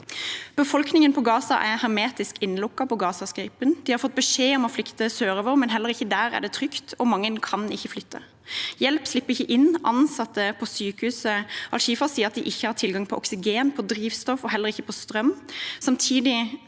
Befolkningen på Gaza er hermetisk innelukket på Gazastripen. De har fått beskjed om å flykte sørover, men heller ikke der er det trygt, og mange kan ikke flytte på seg. Hjelp slipper ikke inn, og ansatte på Al-Shifa-sykehuset sier at de ikke har tilgang på oksygen, drivstoff og strøm.